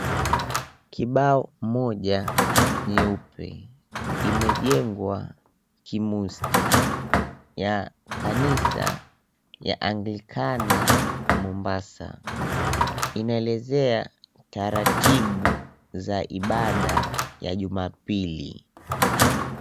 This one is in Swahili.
Kibao moja nyeupe. Imejengwa kimusti. Ya kanisa ya anglikana mombasa. Inaelezea taratibu za ibada ya jumapili.